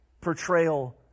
portrayal